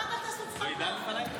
של הקואליציה.